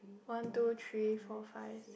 one two three four five